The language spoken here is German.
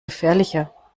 gefährlicher